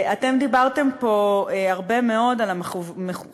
אתם דיברתם פה הרבה מאוד על המחויבויות